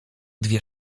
dwie